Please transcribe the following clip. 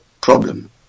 problem